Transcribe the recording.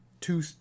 two